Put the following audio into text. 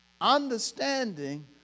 Understanding